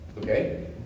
Okay